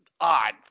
Odd